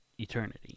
Eternity